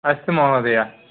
अस्तु महोदय